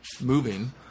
moving